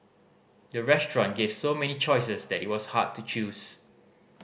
the restaurant gave so many choices that it was hard to choose